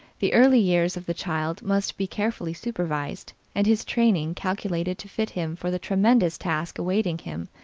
the early years of the child must be carefully supervised, and his training calculated to fit him for the tremendous task awaiting him,